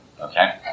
Okay